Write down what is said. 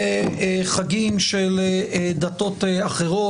בחגים של דתות אחרות.